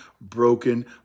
broken